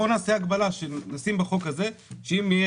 בואו נעשה הגבלה שנשים בחוק הזה שאם תהיה